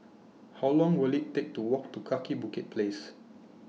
How Long Will IT Take to Walk to Kaki Bukit Place